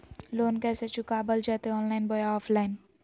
Loan कैसे चुकाबल जयते ऑनलाइन बोया ऑफलाइन?